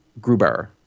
Gruber